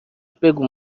بگو